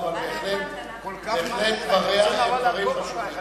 אבל דבריה הם בהחלט דברים חשובים.